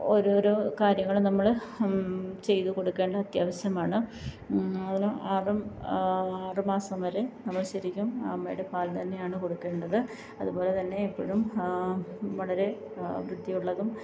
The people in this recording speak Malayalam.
ഓരോരോ കാര്യങ്ങള് നമ്മള് ചെയ്തു കൊടുക്കേണ്ടത് അത്യാവശ്യമാണ് അതിന് ആറും ആറ് മാസം വരെ നമ്മള് ശരിക്കും അമ്മയുടെ പാല് തന്നെയാണ് കൊടുക്കേണ്ടത് അതുപോലെ തന്നെ എപ്പഴും വളരെ വൃത്തി ഉള്ളതും